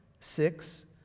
Six